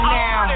now